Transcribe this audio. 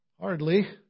Hardly